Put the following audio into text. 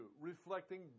Reflecting